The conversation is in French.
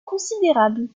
considérable